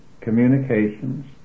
communications